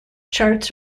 charts